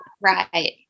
Right